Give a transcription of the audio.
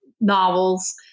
novels